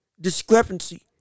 discrepancy